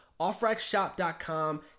OffRackShop.com